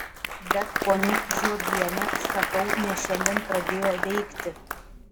bet ponia žiobiene sakau ne šiandien pradėjo veikti